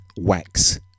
wax